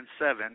seven